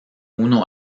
uno